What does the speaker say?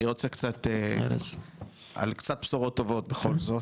אני רוצה על קצת בשורות טובות, בכל זאת.